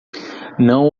não